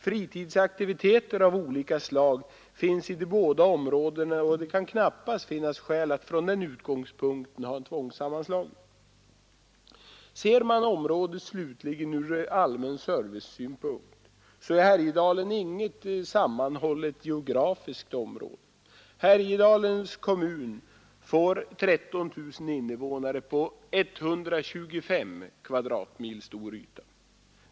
Fritidsaktiviteter av olika slag finns i de båda områdena, och det kan knappast vara skäl att från den utgångspunkten genomföra en tvångssammanslagning Ser man området slutligen ur allmän servicesynpunkt, är Härjedalen inget sammanhållet geografiskt område. Härjedalens kommun får 13 000 invånare på en 125 kvadratmil stor yta.